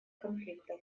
конфликтов